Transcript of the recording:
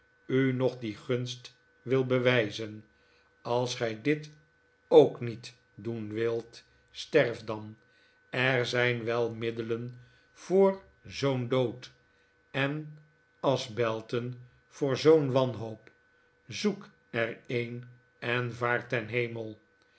u nog die gunst wil bewijzen als gij dit ook niet doen wilt sterf dan er zijn wel middelen voor zoo'n dood en aschbelten voor zoo'n wanhoop zoek er een en vaar ten hemel